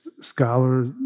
scholars